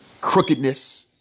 crookedness